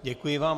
Děkuji vám.